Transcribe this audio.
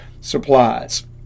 supplies